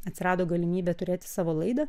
atsirado galimybė turėti savo laidą